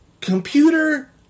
Computer